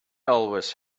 always